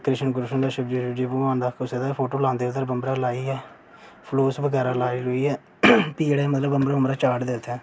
कृष्ण दा शिवजी दा कुसै दा बी फोटो लांदे कोई बम्बरा लाइयै फलूस बगैरा लाइयै फ्ही बम्बरा चाढ़दे उत्थें